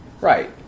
Right